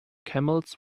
camels